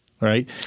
right